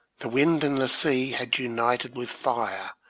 the wind and the sea had united with fire,